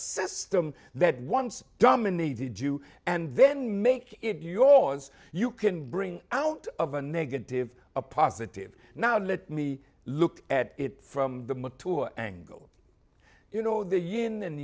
system that once dominated you and then make it yours you can bring out of a negative a positive now let me look at it from the mentor angle you know the yin and